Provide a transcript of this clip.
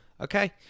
Okay